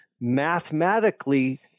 mathematically